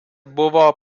buvo